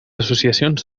associacions